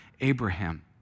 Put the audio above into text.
Abraham